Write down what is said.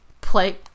Play